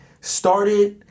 Started